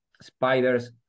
spiders